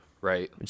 right